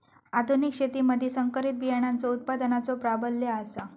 आधुनिक शेतीमधि संकरित बियाणांचो उत्पादनाचो प्राबल्य आसा